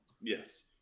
Yes